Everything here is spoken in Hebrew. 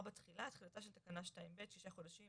תחילה 4. תחילתה של תקנה 2(ב) שישה חודשים